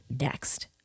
next